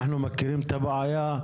אנחנו מכירים את הבעיה,